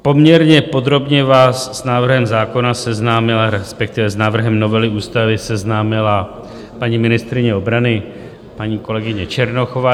Poměrně podrobně vás s návrhem zákona seznámila, respektive s návrhem novely ústavy seznámila paní ministryně obrany, paní kolegyně Černochová.